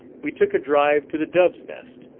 we took a drive to the dove's nest,